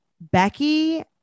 Becky